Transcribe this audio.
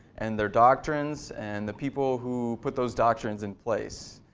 and their doctrines, and the people who put those doctrines in place.